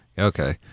Okay